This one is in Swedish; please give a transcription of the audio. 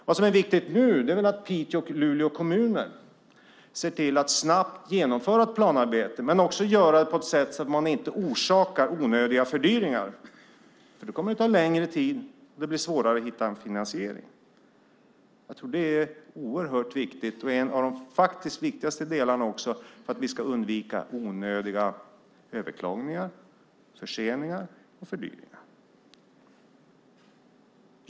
Vad som är viktigt nu är väl att Piteå och Luleå kommuner ser till att snabbt genomföra ett planarbete men också att de gör det på ett sådant sätt att man inte orsakar onödiga fördyringar, för då kommer det att ta längre tid. Det blir svårare att hitta en finansiering. Jag tror att det är oerhört viktigt och faktiskt en av de viktigaste delarna för att vi ska undvika onödiga överklaganden, förseningar och fördyringar.